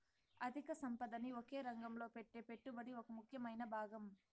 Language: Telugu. అధిక సంపదని ఒకే రంగంలో పెట్టే పెట్టుబడి ఒక ముఖ్యమైన భాగం